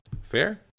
Fair